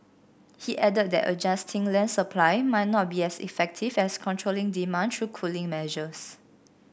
he added that adjusting land supply might not be as effective as controlling demand through cooling measures